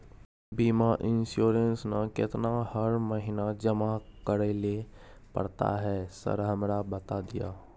बीमा इन्सुरेंस ना केतना हर महीना जमा करैले पड़ता है सर हमरा बता दिय?